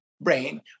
brain